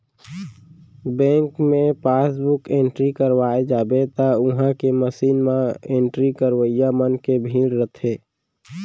bank मे passbook entry करवाए जाबे त उहॉं के मसीन म एंट्री करवइया मन के भीड़ रथे